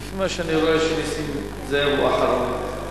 נסים זאב הוא אחרון.